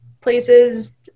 places